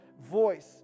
voice